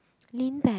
lean back